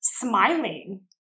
smiling